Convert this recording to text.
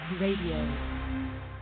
Radio